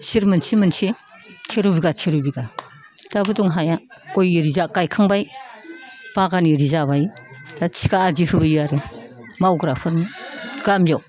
सिरि मोनसे मोनसे थेर' बिगा थेर' बिगा दाबो दं हाया गय एरि जा गायखांबाय बागान एरि जाबाय दा थिखा आदि होयो आरो मावग्राफोरनो गामियाव